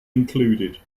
included